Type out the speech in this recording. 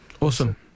Awesome